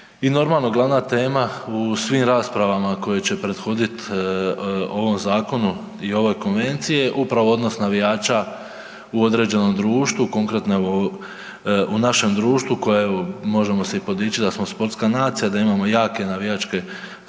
I normalno, glavna tema u svim raspravama koje će prethodit ovom zakonu i ovoj konvenciji je upravo odnos navijača u određenom društvu, konkretno evo u našem društvu koje evo možemo se i podičit da smo sportska nacija, da imamo jake navijačke skupine